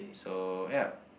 so yup